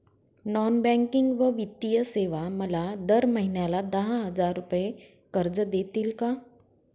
Non banking व वित्तीय सेवा मला दर महिन्याला दहा हजार रुपये कर्ज देतील का?